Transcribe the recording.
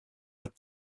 their